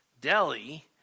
Delhi